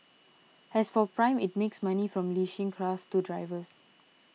as for Prime it makes money from leasing cars to drivers